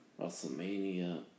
WrestleMania